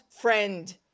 friend